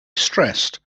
stressed